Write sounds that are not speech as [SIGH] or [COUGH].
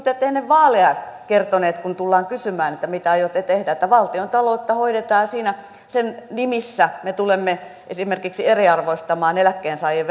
[UNINTELLIGIBLE] te ette ennen vaaleja kertoneet kun tullaan kysymään että mitä aiotte tehdä että valtiontaloutta hoidetaan ja sen nimissä me tulemme esimerkiksi eriarvoistamaan eläkkeensaajien [UNINTELLIGIBLE]